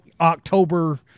October